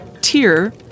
tier